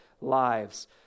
lives